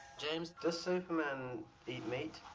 james, does superman eat meat?